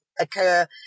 occur